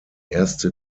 erste